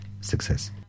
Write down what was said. success